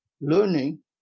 learning